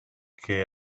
que